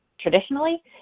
traditionally